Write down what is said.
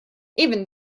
even